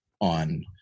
on